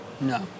No